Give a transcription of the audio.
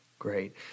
Great